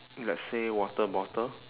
let's say water bottle